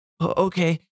Okay